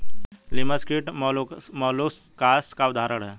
लिमस कीट मौलुसकास का उदाहरण है